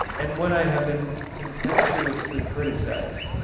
and when i have been contemptuously criticised,